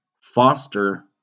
foster